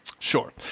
Sure